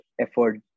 effort